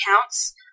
counts